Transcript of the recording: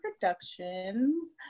Productions